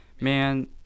man